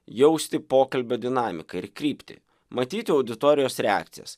jausti pokalbio dinamiką ir kryptį matyti auditorijos reakcijas